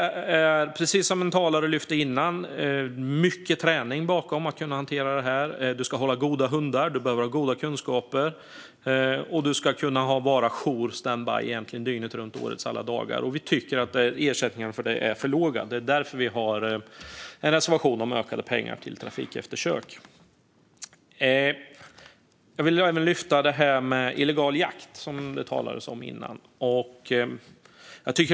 Precis som någon talare lyfte fram tidigare ligger det mycket träning bakom. Du ska hålla goda hundar, du behöver ha goda kunskaper och du ska kunna ha jour och vara standby dygnet runt, årets alla dagar. Vi tycker att ersättningarna för detta är för låga. Det är därför vi har en reservation om ökade pengar till trafikeftersök. Jag vill även lyfta detta med illegal jakt, som det talades om tidigare.